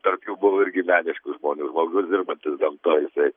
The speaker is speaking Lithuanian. tarp jų buvo irgi meniškų žmonių žmogus dirbantis gamtoj jisai